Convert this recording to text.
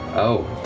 oh,